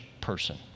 person